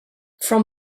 from